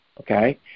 okay